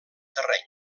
terreny